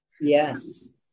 Yes